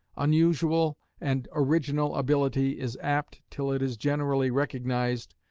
unusual and original ability is apt, till it is generally recognised,